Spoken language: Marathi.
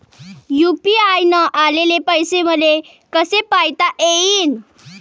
यू.पी.आय न आलेले पैसे मले कसे पायता येईन?